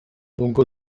lungo